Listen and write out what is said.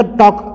talk